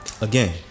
again